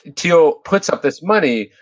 thiel puts up this money,